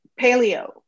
Paleo